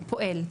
הוא פועל,